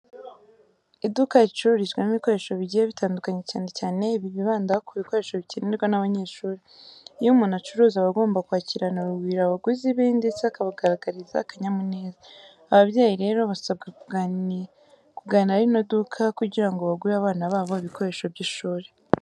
Iduka ricururizwamo ibikoresho bigiye bitandukanye cyane cyane bibanda ku bikoresho bikenerwa n'abanyeshuri. Iyo umuntu acuruza aba agomba kwakirana urugwiro abaguzi be ndetse akabagaragariza akanyamuneza. Ababyeyi rero basabwa kugana rino duka kugira ngo bagurire abana babo ibikoresho by'ishuri.